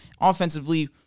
Offensively